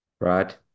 Right